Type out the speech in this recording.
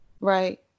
right